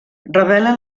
revelen